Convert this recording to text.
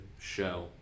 show